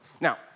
now